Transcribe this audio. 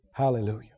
Hallelujah